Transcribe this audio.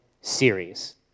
series